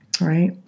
Right